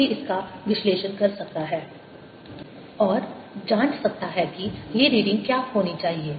कोई भी इसका विश्लेषण कर सकता है और जांच सकता है कि ये रीडिंग क्या होनी चाहिए